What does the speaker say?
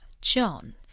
John